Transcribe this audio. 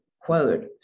quote